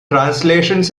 translations